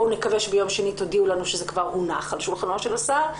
נקווה שביום שני תודיעו לנו שזה כבר הונח על שולחנו של השר.